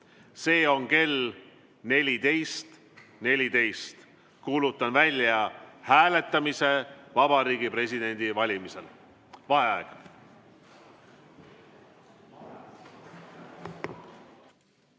See on kell 14.14. Kuulutan välja hääletamise Vabariigi Presidendi valimisel. Vaheaeg.V